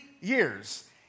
years